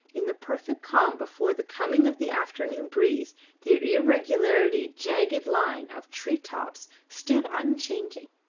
in the perfect calm before the coming of the afternoon breeze the irregularly jagged line of tree-tops stood unchanging,